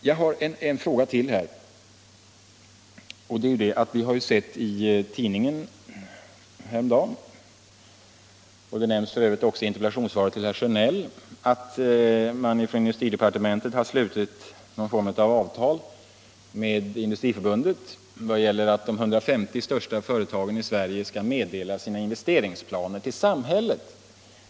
Jag har en fråga till. Vi har ju sett i tidningarna häromdagen, och det nämns f. ö. också i interpellationssvaret till herr Sjönell, att industridepartementet har slutit någon form av avtal med Industriförbundet vad gäller att de 150 största företagen i Sverige skall meddela sina investeringsplaner till samhället.